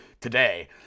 today